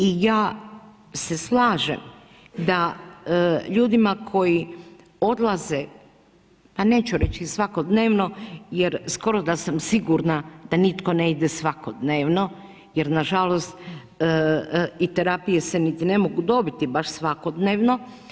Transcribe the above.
I ja se slažem da ljudima koji odlaze, pa neću reći svakodnevno jer skoro da sam sigurna da nitko ne ide svakodnevno jer nažalost i terapije se niti ne mogu dobiti baš svakodnevno.